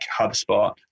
HubSpot